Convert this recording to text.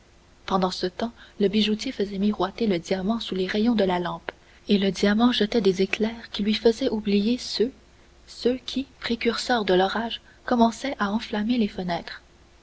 pendant ce temps le bijoutier faisait miroiter le diamant sous les rayons de la lampe et le diamant jetait des éclairs qui lui faisaient oublier ceux qui précurseurs de l'orage commençaient à enflammer les fenêtres